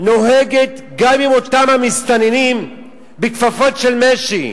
נוהגת גם עם אותם המסתננים בכפפות של משי.